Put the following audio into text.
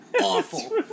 awful